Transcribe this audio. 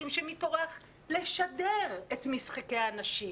כי מי בכלל טורח לשדר את משחקי הכדורגל